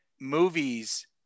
movies